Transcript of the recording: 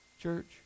church